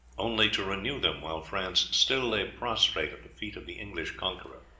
only to renew them while france still lay prostrate at the feet of the english conqueror.